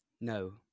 No